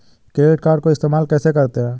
Credit card को इस्तेमाल कैसे करते हैं?